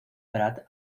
prat